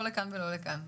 לא לכאן ולא לכאן.